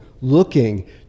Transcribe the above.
looking